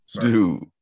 Dude